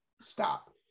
Stop